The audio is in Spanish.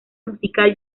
musical